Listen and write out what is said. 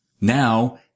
Now